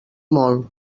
molt